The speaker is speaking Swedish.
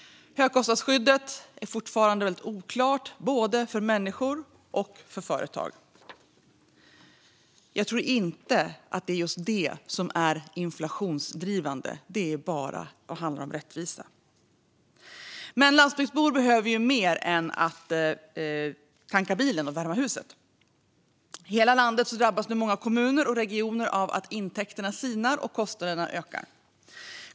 Högkostnadsskyddet är fortfarande väldigt oklart både för människor och för företag. Jag tror inte att det är just detta som är inflationsdrivande, utan det handlar bara om rättvisa. Landsbygdsbor behöver ju mer än att tanka bilen och värma huset. I hela landet drabbas nu många kommuner och regioner av att intäkterna sinar och kostnaderna ökar.